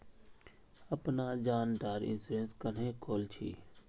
अपना जान डार इंश्योरेंस क्नेहे खोल छी?